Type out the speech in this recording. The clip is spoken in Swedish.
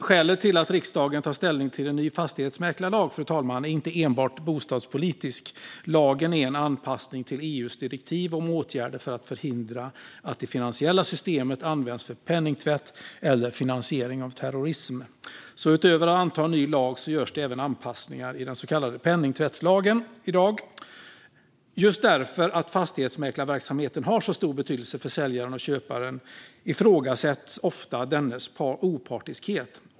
Skälet till att riksdagen tar ställning till en ny fastighetsmäklarlag är dock, fru talman, inte enbart bostadspolitiskt. Lagen är en anpassning till EU:s direktiv om åtgärder för att förhindra att det finansiella systemet används för penningtvätt eller finansiering av terrorism. Utöver att anta en ny lag görs i dag alltså även anpassningar i den så kallade penningtvättslagen. Just för att fastighetsmäklarverksamheten har så stor betydelse för säljaren och köparen ifrågasätts ofta dennes opartiskhet.